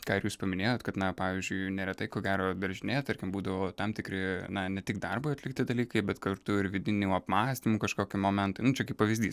ką ir jūs paminėjot kad na pavyzdžiui neretai ko gero daržinė tarkim būdavo tam tikri na ne tik darbui atlikti dalykai bet kartu ir vidinių apmąstymų kažkokie momentai nu čia kaip pavyzdys